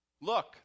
look